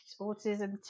autism